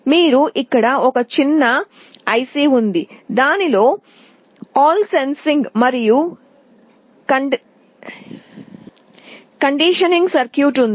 మీరు ఇక్కడ ఒక చిన్న ఐసి ఉంది దానిలో అన్ని సెన్సింగ్ మరియు కండిషనింగ్ సర్క్యూట్ ఉంది